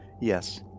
Yes